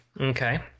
Okay